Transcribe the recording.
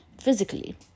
physically